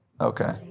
Okay